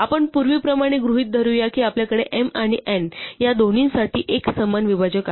आपण पूर्वीप्रमाणे गृहीत धरूया की आपल्याकडे m आणि n या दोन्हीसाठी एक समान विभाजक आहे